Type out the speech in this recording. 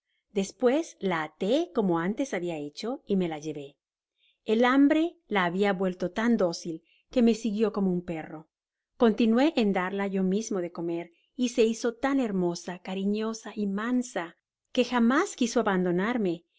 despues la até como anteshabia hecho y me la llevé el hambre la habia vuelto tan dócil que me siguio como un perro continué en darla yo mismo de comer y se hizo tan hermosa cariñosa y mansa que jamás quiso abandonarme y